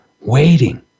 waiting